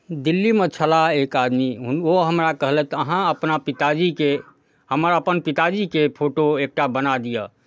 दिल्लीमे छलाह एक आदमी हुन् ओ हमरा कहलथि अहाँ अपना पिताजीके हमर अपन पिताजीके फोटो एकटा बना दिअ